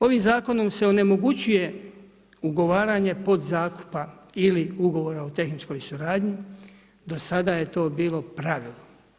Ovim zakonom se onemogućuje ugovaranje podzakupa ili ugovora o tehničkoj suradnji, do sada je to bilo pravilo.